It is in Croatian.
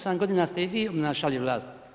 8 godina ste i vi obnašali vlast.